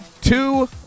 two